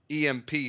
EMP